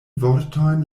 vortojn